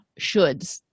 shoulds